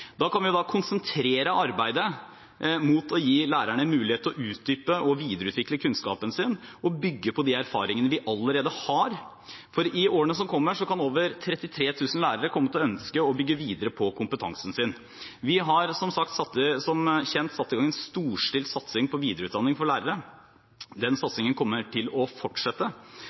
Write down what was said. Da kan vi konsentrere arbeidet om å gi lærerne mulighet til å utdype og videreutvikle kunnskapen sin og bygge på de erfaringene de allerede har. I årene som kommer, kan over 33 000 lærere komme til å ønske å bygge videre på kompetansen sin. Vi har, som kjent, satt i gang en storstilt satsing på videreutdanning for lærere. Den satsingen kommer til å fortsette.